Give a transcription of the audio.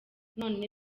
none